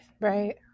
Right